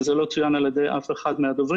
וזה לא צוין על ידי אף אחד מהדוברים,